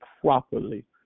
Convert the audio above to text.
properly